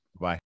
Bye